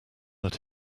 that